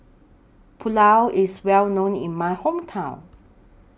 Pulao IS Well known in My Hometown